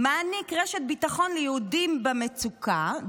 מעניק רשת ביטחון ליהודים במצוקה.